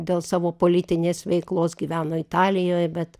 dėl savo politinės veiklos gyveno italijoje bet